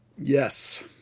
Yes